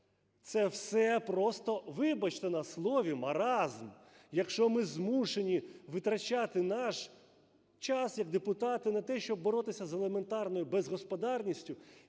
Це все просто, вибачте на слові, маразм, якщо ми змушені витрачати наш час як депутати на те, щоб боротися з елементарною безгосподарністю